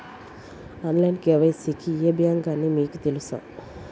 Online KYC కి ఏ bank అని మీకు తెలుసా?